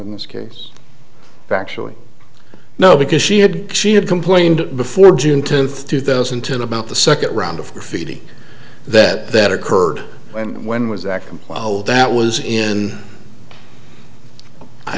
in this case factually no because she had she had complained before june tenth two thousand and ten about the second round of feeding that that occurred and when was that comply that was in i